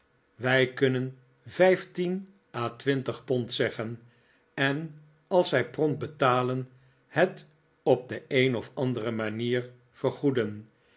wij kunnen vijftien a twintig pond zeggen en als zij prompt betalen het op de een of andere manier vergoeden